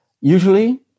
Usually